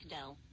Dell